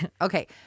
okay